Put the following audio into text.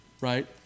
right